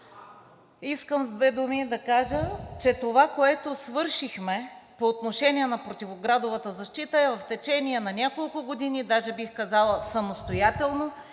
Искам с две думи да кажа, че това, което свършихме по отношение на противоградовата защита, е в течение на няколко години, даже бих казала, самостоятелно.